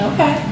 Okay